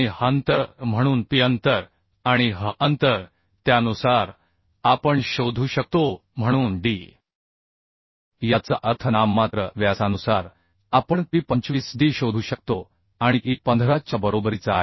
pअंतर आणि h अंतर त्यानुसार आपण शोधू शकतो म्हणून d याचा अर्थ नाममात्र व्यासानुसार आपण p 25 d शोधू शकतो आणि e 15 च्या बरोबरीचा आहे